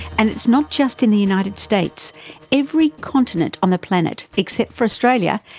and it's not just in the united states every continent on the planet, except for australia,